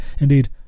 Indeed